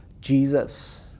Jesus